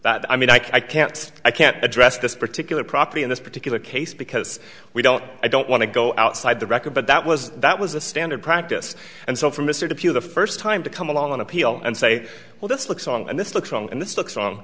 that i mean i can't i can't address this particular property in this particular case because we don't i don't want to go outside the record but that was that was a standard practice and so for mr depew the first time to come along on appeal and say well this looks on and this looks wrong and this looks